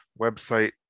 website